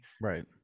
right